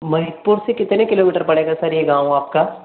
महीदपुर से कितने किलोमीटर पड़ेगा सर ये गाँव आपका